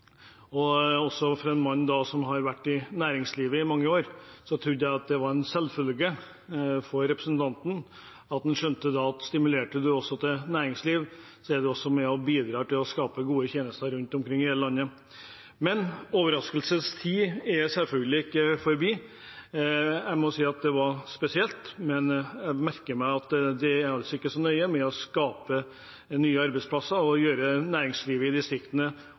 man også med og bidrar til å skape gode tjenester rundt omkring i hele landet. Men overraskelsenes tid er selvfølgelig ikke forbi. Jeg må si at det var spesielt, men jeg merker meg at det altså ikke er så nøye å skape nye arbeidsplasser eller å gjøre næringslivet i distriktene